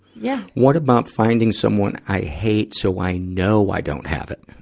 yeah. what about finding someone i hate so i know i don't have it?